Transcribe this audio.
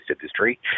industry